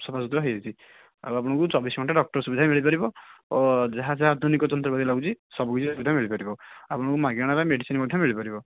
ସଫା ସୁତୁରା ହେଇଯାଇଛି ଆଉ ଆପଣଙ୍କୁ ଚବିଶି ଘଣ୍ଟା ଡକ୍ଟର ସୁବିଧା ମିଳିପାରିବ ଓ ଯାହାଯାହା ଆଧୁନିକ ଯନ୍ତ୍ରପାତି ଲାଗୁଛି ସବୁକିଛି ସୁବିଧା ମିଳିପାରିବ ଆପଣଙ୍କୁ ମାଗଣାରେ ମେଡ଼ିସିନ ମଧ୍ୟ ମିଳିପାରିବ